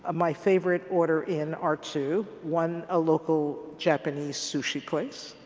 ah my favorite order in are two. one a local japanese sushi place.